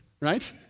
right